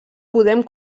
podem